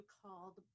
called